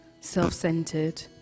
self-centered